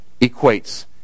equates